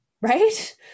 right